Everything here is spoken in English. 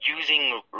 using